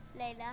Layla